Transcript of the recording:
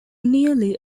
nearly